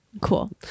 cool